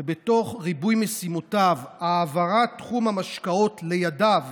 ובתוך ריבוי משימותיו העברת תחום המשקאות לידיו,